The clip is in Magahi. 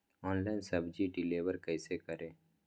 ऑनलाइन सब्जी डिलीवर कैसे करें?